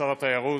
שר התיירות,